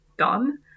done